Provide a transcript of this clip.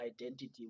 identity